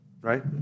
right